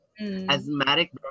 Asthmatic